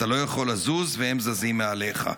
אתה לא יכול לזוז והם זזים מעליך".